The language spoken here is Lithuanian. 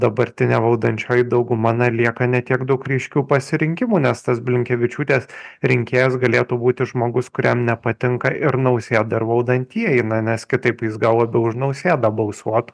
dabartinė valdančioji dauguma na lieka ne tiek daug ryškių pasirinkimų nes tas blinkevičiūtės rinkėjas galėtų būti žmogus kuriam nepatinka ir nausėda ir valdantieji na nes kitaip jis gal labiau už nausėdą balsuotų